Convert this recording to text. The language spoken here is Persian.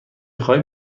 خواهی